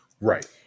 Right